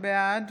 בעד